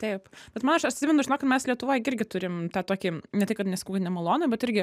taip bet man aš atsimenu žinok kad mes lietuvoj gi irgi turim tą tokį ne tai kad nesakau nemalonų bet irgi